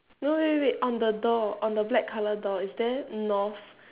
no wait wait on the door on the black colour door is there north